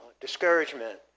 discouragement